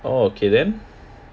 oh okay then